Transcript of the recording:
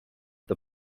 the